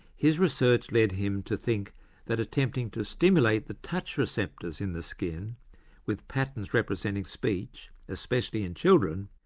his research led him to think that attempting to stimulate the touch receptors in the skin with patterns representing speech, especially in children,